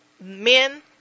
men